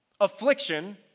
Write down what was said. affliction